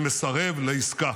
שמסרב לעסקה.